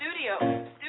Studio